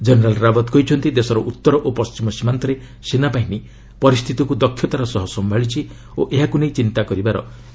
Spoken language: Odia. କେନେରାଲ୍ ରାଓଡ୍ କହିଛନ୍ତି ଦେଶର ଉତ୍ତର ଓ ପଣ୍ଢିମ ସୀମାନ୍ତରେ ସେନାବାହିନୀ ପରିସ୍ଥିତିକୁ ଦକ୍ଷତାର ସହ ସମ୍ଭାଳିଛି ଓ ଏହାକୁ ନେଇ ଚିନ୍ତା କରିବାର କୌଣସି କାରଣ ନାହିଁ